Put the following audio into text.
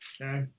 okay